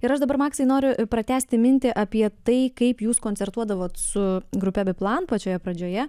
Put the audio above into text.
ir aš dabar maksai noriu pratęsti mintį apie tai kaip jūs koncertuodavot su grupe biplan pačioje pradžioje